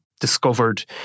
discovered